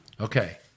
Okay